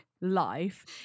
life